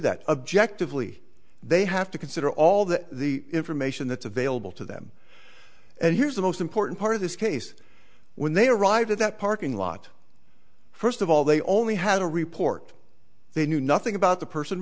that objectively they have to consider all the the information that's available to them and here's the most important part of this case when they arrived at that parking lot first of all they only had a report they knew nothing about the person